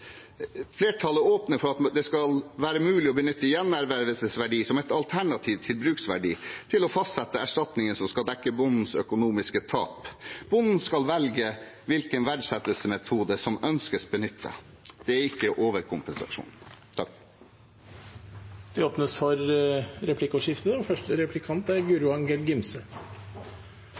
flertallet åpner for at det skal være mulig å benytte gjenervervsverdi som et alternativ til bruksverdi til å fastsette erstatningen som skal dekke bondens økonomiske tap. Bonden skal velge hvilken verdsettelsesmetode som ønskes benyttet. Det er ikke en overkompensasjon. Det blir replikkordskifte.